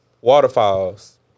Waterfalls